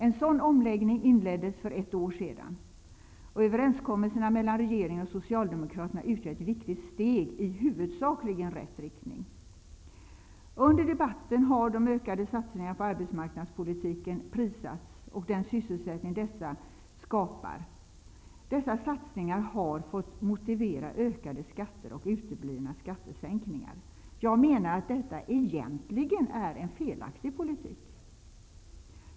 En sådan omläggning inleddes för ett år sedan, och överenskommelserna mellan regeringen och Socialdemokraterna utgör ett viktigt steg i huvudsakligen rätt riktning. Under debatten har de ökade satsningarna på arbetsmarknadspolitiken och den sysselsättning dessa skapar prisats. Dessa satsningar har fått motivera ökade skatter och uteblivna skattesänkningar. Jag menar att detta egentligen är en felaktig politik.